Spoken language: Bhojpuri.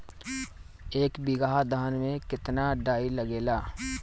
एक बीगहा धान में केतना डाई लागेला?